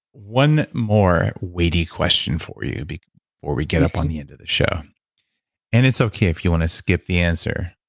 one more weighty question for you but before we get up on the end of the show and it's okay if you want to skip the answer.